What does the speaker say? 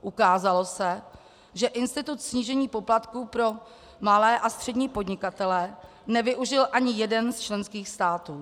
Ukázalo se, že institut snížení poplatku pro malé a střední podnikatele nevyužil ani jeden z členských států.